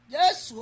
Yes